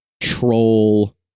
Troll